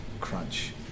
crunch